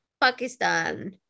Pakistan